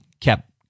kept